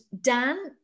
Dan